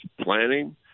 planning